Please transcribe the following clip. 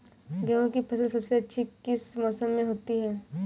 गेंहू की फसल सबसे अच्छी किस मौसम में होती है?